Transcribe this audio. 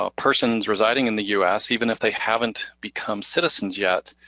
ah persons residing in the us, even if they haven't become citizens yet,